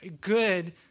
good